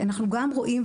אנחנו גם רואים,